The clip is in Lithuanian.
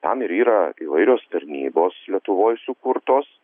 tam ir yra įvairios tarnybos lietuvoj sukurtos